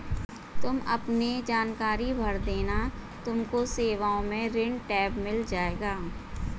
तुम अपने जानकारी भर देना तुमको सेवाओं में ऋण टैब मिल जाएगा